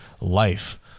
life